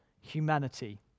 humanity